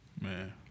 Man